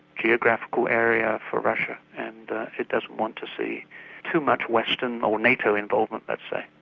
geographical area for russia, and it doesn't want to see too much western or nato involvement, let's say.